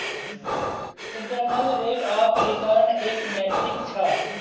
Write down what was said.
internal rate of return एक metric छ